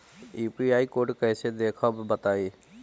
UPI code कैसे देखब बताई?